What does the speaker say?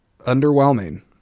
underwhelming